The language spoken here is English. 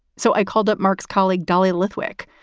so i called up mark's colleague, dahlia lithwick,